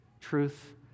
truth